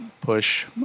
push